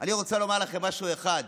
אני רוצה לומר לכם משהו אחד: